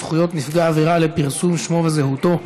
זכויות נפגע עבירה לפרסום שמו וזהותו),